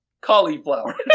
cauliflower